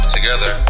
Together